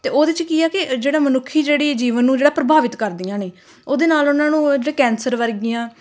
ਅਤੇ ਉਹਦੇ 'ਚ ਕੀ ਆ ਕਿ ਜਿਹੜਾ ਮਨੁੱਖੀ ਜਿਹੜੀ ਜੀਵਨ ਨੂੰ ਜਿਹੜਾ ਪ੍ਰਭਾਵਿਤ ਕਰਦੀਆਂ ਨੇ ਉਹਦੇ ਨਾਲ ਉਹਨਾਂ ਨੂੰ ਜਿਹੜੇ ਕੈਂਸਰ ਵਰਗੀਆਂ